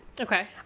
Okay